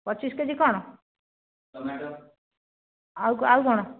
ପଚିଶି କେଜି କଣ ଆଉ ଆଉ କଣ